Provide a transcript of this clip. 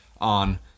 on